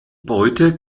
beute